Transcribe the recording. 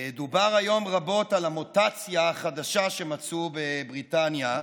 דובר היום רבות על המוטציה החדשה שמצאו בבריטניה,